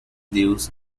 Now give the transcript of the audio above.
deus